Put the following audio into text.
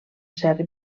cert